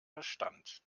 verstand